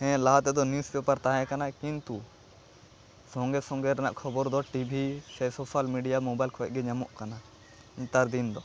ᱦᱮᱸ ᱞᱟᱦᱟ ᱛᱮᱫᱚ ᱱᱤᱭᱩᱥ ᱯᱮᱯᱟᱨ ᱛᱟᱦᱮᱸ ᱠᱟᱱᱟ ᱠᱤᱱᱛᱩ ᱥᱚᱸᱜᱮ ᱥᱚᱸᱜᱮ ᱨᱮᱱᱟᱜ ᱠᱷᱚᱵᱚᱨ ᱫᱚ ᱴᱤᱵᱷᱤ ᱥᱮ ᱥᱳᱥᱟᱞ ᱢᱤᱰᱤᱭᱟ ᱢᱚᱵᱟᱭᱤᱞ ᱠᱷᱚᱡ ᱜᱮ ᱧᱟᱢᱚᱜ ᱠᱟᱱᱟ ᱱᱮᱛᱟᱨ ᱫᱤᱱ ᱫᱚ